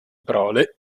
prole